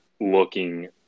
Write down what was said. looking